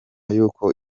y’uko